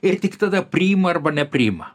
ir tik tada priima arba nepriima